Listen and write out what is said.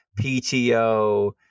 PTO